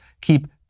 keep